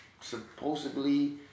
supposedly